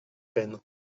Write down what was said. peine